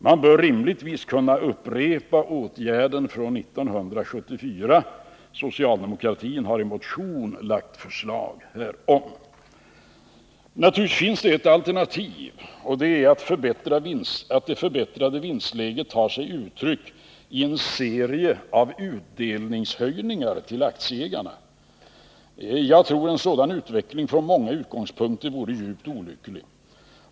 Man bör rimligtvis kunna upprepa åtgärden från 1974. Socialdemokratin har i motion lagt förslag härom. Naturligtvis finns det ett alternativ, och det är att det förbättrade vinstläget tar sig uttryck i en serie av utdelningshöjningar till aktieägarna. Jag tror att en sådan utveckling från många utgångspunkter vore djupt olycklig.